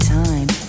time